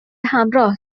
همراه